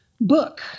book